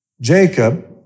Jacob